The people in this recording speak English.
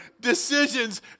decisions